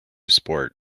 sport